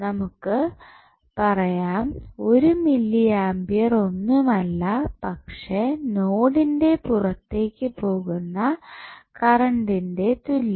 നമുക്ക് പറയാം ഒരു മില്ലി ആമ്പിയർ ഒന്നുമല്ല പക്ഷേ നോഡിൻറെ പുറത്തേക്ക് പോകുന്ന കറണ്ടിനു തുല്യം